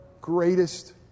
greatest